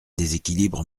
déséquilibre